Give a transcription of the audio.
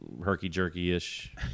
herky-jerky-ish